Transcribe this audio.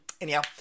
anyhow